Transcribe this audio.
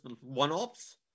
one-offs